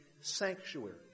sanctuary